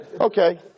okay